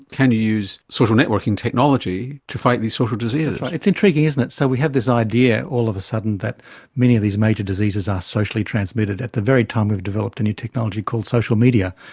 can you use social networking technology to fight these social diseases. that's right, it's intriguing isn't it. so we have this idea all of a sudden that many of these major diseases are socially transmitted at the very time we've developed a new technology called social media.